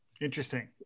Interesting